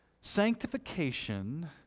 Sanctification